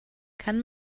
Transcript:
kann